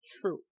true